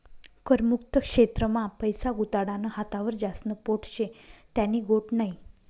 कर मुक्त क्षेत्र मा पैसा गुताडानं हातावर ज्यास्न पोट शे त्यानी गोट नै